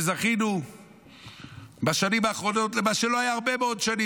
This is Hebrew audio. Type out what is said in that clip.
וזכינו בשנים האחרונות למה שלא היה הרבה שנים.